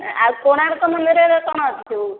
ଆଉ କୋଣାର୍କ ମନ୍ଦିରରେ କଣ ଅଛି ସବୁ